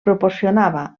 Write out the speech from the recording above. proporcionava